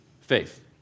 faith